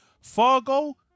fargo